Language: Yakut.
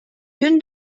түүн